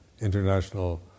International